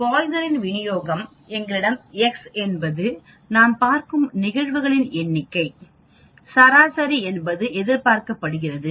பாய்சனில் விநியோகம் எங்களிடம் x என்பது நாம் பார்க்கும் நிகழ்வுகளின் எண்ணிக்கை சராசரி என்பது எதிர்பார்க்கப்படுகிறது